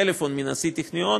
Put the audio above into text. קיבלתי טלפון מנשיא הטכניון,